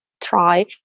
try